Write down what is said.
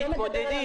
אבל תתמודדי.